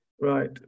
right